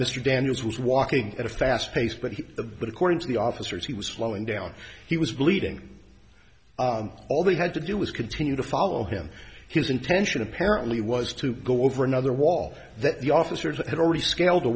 mr daniels was walking at a fast pace but a but according to the officers he was slowing down he was bleeding all they had to do was continue to follow him his intention apparently was to go over another wall that the officers had already scaled